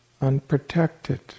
unprotected